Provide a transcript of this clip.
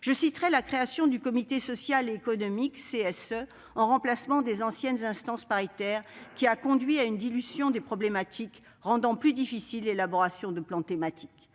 Je citerai la création du comité social et économique (CSE), en remplacement des anciennes instances paritaires, qui a conduit à une dilution des problématiques, rendant plus difficile l'élaboration de plans thématiques.